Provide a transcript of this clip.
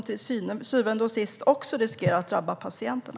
Till syvende och sist riskerar detta att drabba patienterna.